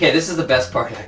yeah this is the best part.